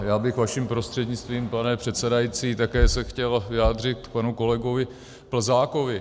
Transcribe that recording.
Já bych vaším prostřednictvím, pane předsedající, také se chtěl vyjádřit k panu kolegovi Plzákovi.